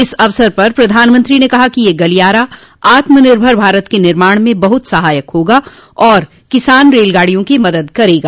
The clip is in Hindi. इस अवसर पर प्रधानमंत्री ने कहा कि यह गलियारा आत्मनिर्भर भारत के निर्माण में बहुत मददगार होगा और किसान रेलगाडियों की मदद करेगा